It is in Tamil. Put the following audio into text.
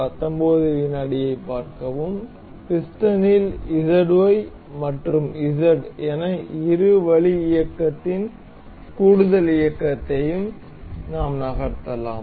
பிஸ்டனில் ZY மற்றும் Z என இரு வழி இயக்கத்தின் கூடுதல் இயக்கத்தையும் நாம் நகர்த்தலாம்